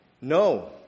No